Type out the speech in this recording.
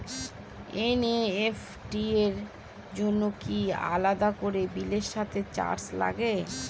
NEFT র জন্য কি আলাদা করে বিলের সাথে চার্জ লাগে?